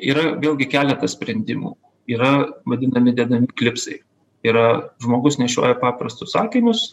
yra vėlgi keletas sprendimų yra vadinami dedami klipsai yra žmogus nešioja paprastus akinius